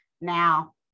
Now